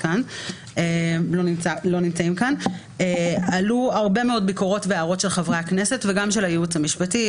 כאן עלו הרבה מאוד ביקורות והערות של חברי הכנסת וגם של הייעוץ המשפטי,